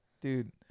dude